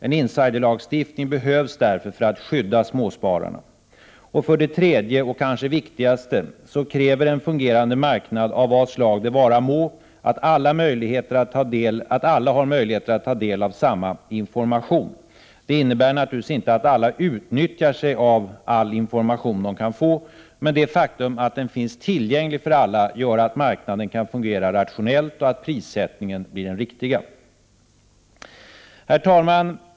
En insiderlagstiftning behövs för att skydda småspararna. För det tredje — och kanske viktigaste — kräver en fungerande marknad, av vilket slag den vara må, att alla har möjlighet att ta del av samma information. Det innebär naturligtvis inte att alla utnyttjar informationen, men det faktum att den finns tillgänglig för alla gör att marknaden kan fungera rationellt och att prissättningen blir den riktiga. Herr talman!